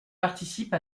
participe